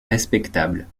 respectable